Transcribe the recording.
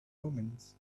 omens